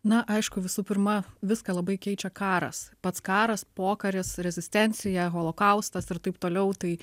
na aišku visų pirma viską labai keičia karas pats karas pokaris rezistencija holokaustas ir taip toliau tai